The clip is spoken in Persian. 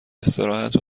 استراحت